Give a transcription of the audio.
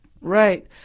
Right